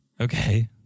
Okay